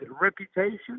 reputation